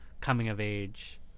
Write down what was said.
coming-of-age